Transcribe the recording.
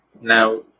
now